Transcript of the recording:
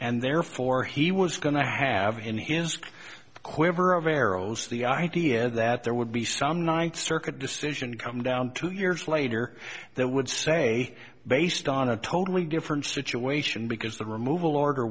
and therefore he was going to have in his quiver of arrows the idea that there would be some ninth circuit decision come down two years later that would say based on a totally different situation because the removal or